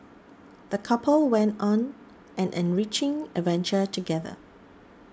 the couple went on an enriching adventure together